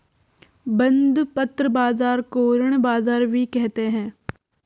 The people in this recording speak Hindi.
बंधपत्र बाज़ार को ऋण बाज़ार भी कहते हैं